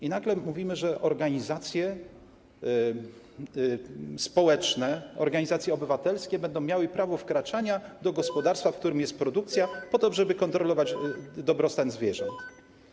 I nagle mówimy, że organizacje społeczne, organizacje obywatelskie będą miały prawo wkraczania do gospodarstwa, w którym jest produkcja, żeby kontrolować dobrostan zwierząt.